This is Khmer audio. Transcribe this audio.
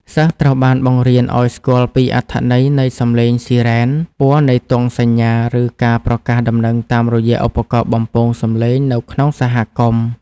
សិស្សត្រូវបានបង្រៀនឱ្យស្គាល់ពីអត្ថន័យនៃសំឡេងស៊ីរ៉ែន ពណ៌នៃទង់សញ្ញា ឬការប្រកាសដំណឹងតាមរយៈឧបករណ៍បំពងសំឡេងនៅក្នុងសហគមន៍។